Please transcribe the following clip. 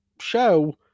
show